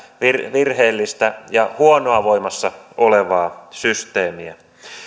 virheellistä ja huonoa voimassa olevaa systeemiä